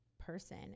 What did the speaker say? person